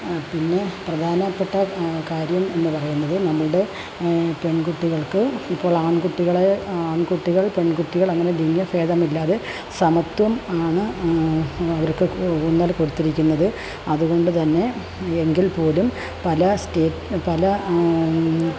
പിന്നെ പ്രധാനപ്പെട്ട കാര്യം എന്നു പറയുന്നത് നമ്മളുടെ പെൺകുട്ടികൾക്ക് ഇപ്പോൾ ആൺകുട്ടികളെ ആൺകുട്ടികൾ പെൺകുട്ടികൾ അങ്ങനെ ലിംഗ ഭേദമില്ലാതെ സമത്വം ആണ് അവർക്ക് ഊന്നല് കൊടുത്തിരിക്കുന്നത് അതുകൊണ്ടുതന്നെ എങ്കിൽ പോലും പല സ്റ്റേ പല